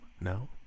No